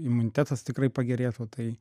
imunitetas tikrai pagerėtų tai